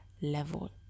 level